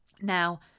Now